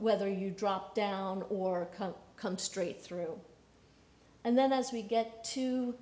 whether you drop down or come straight through and then as we get to